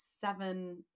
seven